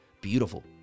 Beautiful